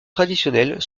traditionnelle